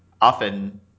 often